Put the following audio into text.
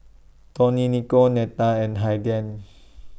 Dionicio Netta and Haiden